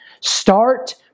Start